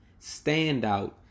standout